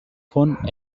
font